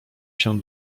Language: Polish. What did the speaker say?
się